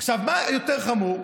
עכשיו, מה יותר חמור?